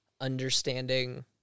understanding